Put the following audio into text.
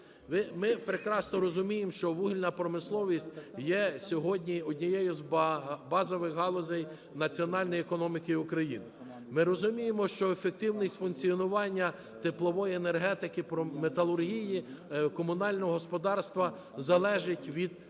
Ми прекрасно розуміємо, що вугільна промисловість є сьогодні однією з базових галузей національної економіки України. Ми розуміємо, що ефективність функціонування теплової енергетики, металургії, комунального господарства залежить від саме якості